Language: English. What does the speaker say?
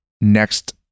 next